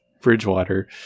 Bridgewater